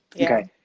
okay